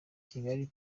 kigali